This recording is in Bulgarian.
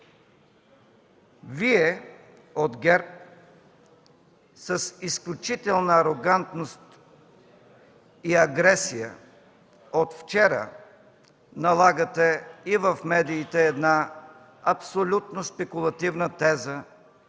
Вие от ГЕРБ, с изключителна арогантност и агресия от вчера налагате и в медиите една абсолютно спекулативна теза,